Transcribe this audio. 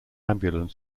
ambulance